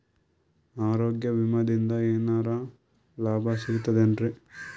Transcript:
ಆರೋಗ್ಯ ವಿಮಾದಿಂದ ಏನರ್ ಲಾಭ ಸಿಗತದೇನ್ರಿ?